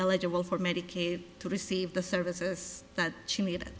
eligible for medicaid to receive the services that she needed